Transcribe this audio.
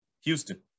Houston